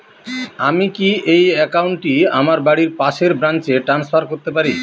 আমি কি এই একাউন্ট টি আমার বাড়ির পাশের ব্রাঞ্চে ট্রান্সফার করতে পারি?